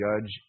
judge